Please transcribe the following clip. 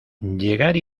llegar